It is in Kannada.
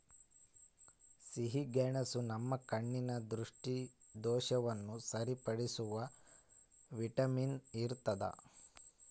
ಸಿಹಿಗೆಣಸು ನಮ್ಮ ಕಣ್ಣ ದೃಷ್ಟಿದೋಷವನ್ನು ಸರಿಪಡಿಸುವ ವಿಟಮಿನ್ ಇರ್ತಾದ